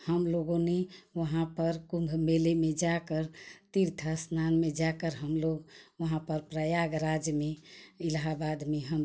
हम लोगों ने वहाँ पर कुम्भ मेले में जा कर तीर्थ स्नान में जा कर हम लोग वहाँ पर प्रयागराज में इलाहबाद में हम लोग